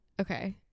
Okay